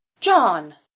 john!